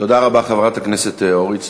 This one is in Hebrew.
תודה רבה, חברת הכנסת אורית סטרוק.